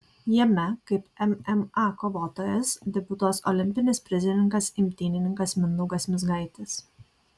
jame kaip mma kovotojas debiutuos olimpinis prizininkas imtynininkas mindaugas mizgaitis